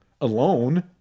alone